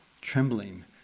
trembling